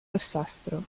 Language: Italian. rossastro